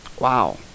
Wow